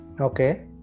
Okay